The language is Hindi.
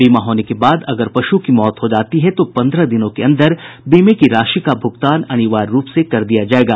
बीमा होने के बाद अगर पशु की मौत हो जाती है तो पन्द्रह दिनों के अंदर बीमे की राशि का भुगतान अनिवार्य रूप कर दिया जायेगा